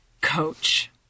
coach